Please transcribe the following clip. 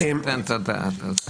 אני אתן את הדעת על זה.